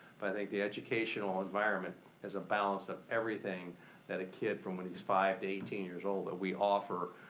think the educational environment is a balance of everything that a kid from when he's five to eighteen years old, that we offer,